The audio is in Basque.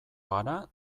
gara